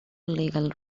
legal